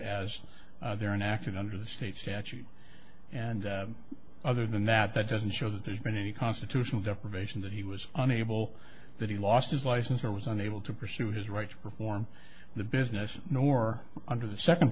as they're enacted under the state statute and other than that that doesn't show that there's been any constitutional deprivation that he was unable that he lost his license or was unable to pursue his right to perform the business nor under the second